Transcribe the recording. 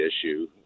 issue